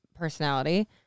personality